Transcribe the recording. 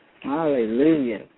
Hallelujah